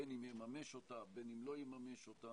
בין אם יממש אותה, בין אם לא יממש אותה.